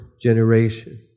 generation